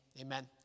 Amen